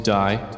die